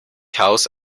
house